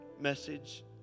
message